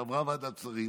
שעברה ועדת שרים